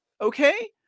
okay